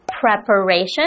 PREPARATION—